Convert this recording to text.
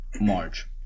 March